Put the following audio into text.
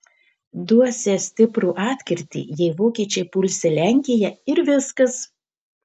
duosią stiprų atkirtį jei vokiečiai pulsią lenkiją ir viskas